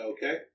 Okay